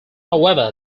however